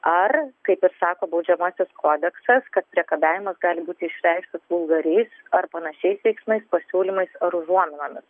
ar kaip ir sako baudžiamasis kodeksas kad priekabiavimas gali būti išreikštas vulgariais ar panašiais veiksmais pasiūlymais ar užuominomis